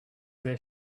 their